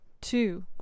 two